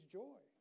joy